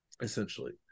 essentially